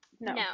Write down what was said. No